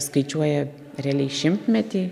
skaičiuoja realiai šimtmetį